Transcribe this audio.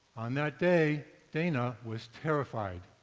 on that day, dana was terrified.